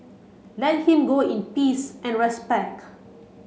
let him go in peace and respect